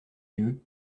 yeux